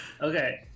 Okay